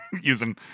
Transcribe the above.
using